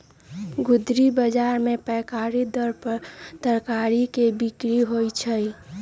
गुदरी बजार में पैकारी दर पर तरकारी के बिक्रि होइ छइ